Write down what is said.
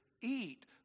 eat